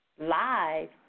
live